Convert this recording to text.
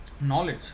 knowledge